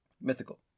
Mythical